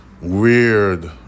weird